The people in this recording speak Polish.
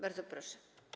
Bardzo proszę.